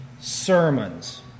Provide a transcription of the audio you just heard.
Sermons